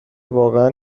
واقعا